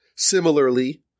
Similarly